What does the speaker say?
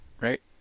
right